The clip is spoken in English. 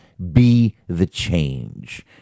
beTheCHange